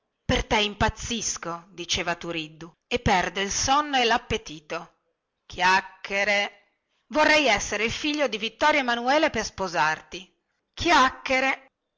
per te impazzisco diceva turiddu e perdo il sonno e lappetito chiacchiere vorrei essere il figlio di vittorio emanuele per sposarti chiacchiere